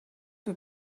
peu